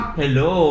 hello